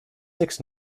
six